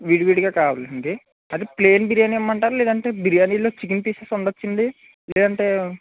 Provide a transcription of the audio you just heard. విడివిడిగా కాదండి అది ప్లైన్ బిర్యాని ఇమ్మంటారా లేదంటే బిర్యానీలో చికెన్ పీసెస్ ఉండవచ్చా అండి లేదు అంటే